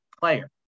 player